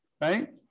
right